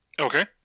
Okay